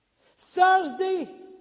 Thursday